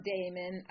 Damon